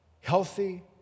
healthy